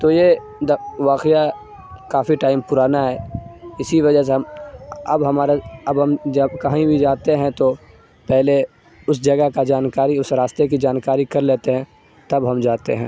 تو یہ واقعہ کافی ٹائم پرانا ہے اسی وجہ سے ہم اب ہمارا اب ہم جب کہیں بھی جاتے ہیں تو پہلے اس جگہ کا جانکاری اس راستے کی جانکاری کر لیتے ہیں تب ہم جاتے ہیں